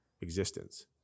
existence